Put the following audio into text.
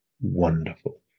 wonderful